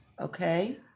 Okay